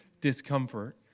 discomfort